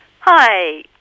Hi